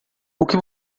que